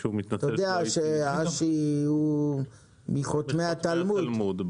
אנחנו מטרתנו האמיתית היא לא בניגוד או לא ביריבות עם חברות הספנות,